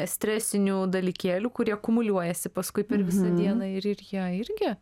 stresinių dalykėlių kurie kumuliuojasi paskui per visą dieną ir ir jie irgi